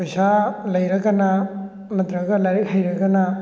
ꯄꯩꯁꯥ ꯂꯩꯔꯒꯅ ꯅꯠꯇ꯭ꯔꯒ ꯂꯥꯏꯔꯤꯛ ꯍꯩꯔꯒꯅ